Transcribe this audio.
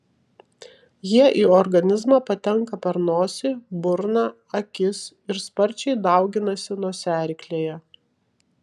jie į organizmą patenka per nosį burną akis ir sparčiai dauginasi nosiaryklėje